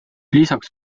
lisaks